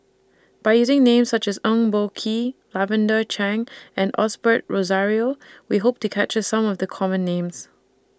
By using Names such as Eng Boh Kee Lavender Chang and Osbert Rozario We Hope to capture Some of The Common Names